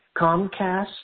Comcast